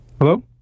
Hello